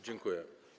Dziękuję.